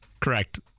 correct